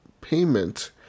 payment